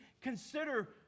consider